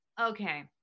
Okay